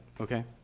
okay